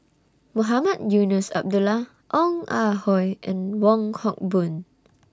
Mohamed Eunos Abdullah Ong Ah Hoi and Wong Hock Boon